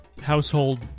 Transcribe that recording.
household